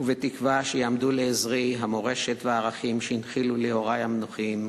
ובתקווה שיעמדו לעזרי המורשת והערכים שהנחילו לי הורי המנוחים,